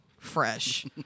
Fresh